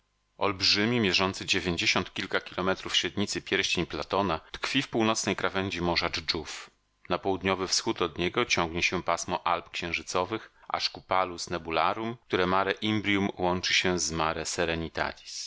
olbrzymi mierzący dziewięćdziesiąt kilka kilometrów średnicy pierścień platona tkwi w północnej krawędzi morza dżdżów na południowy wschód od niego ciągnie się pasmo alp księżycowych aż ku palus nebularum którem mare imbrium łączy się z mare serenitatis